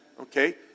Okay